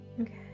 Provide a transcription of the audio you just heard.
okay